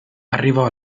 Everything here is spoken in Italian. arrivò